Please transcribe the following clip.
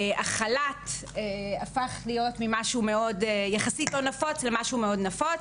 החל"ת הפך להיות ממשהו יחסית לא נפוץ למשהו מאוד נפוץ,